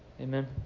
Amen